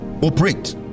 operate